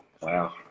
wow